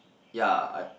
ya I